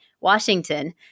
Washington